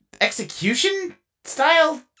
execution-style